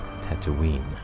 Tatooine